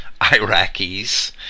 Iraqis